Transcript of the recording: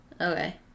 Okay